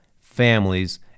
families